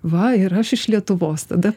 va ir aš iš lietuvos tada